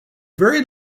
very